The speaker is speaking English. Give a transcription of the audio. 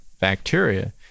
bacteria